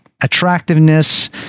attractiveness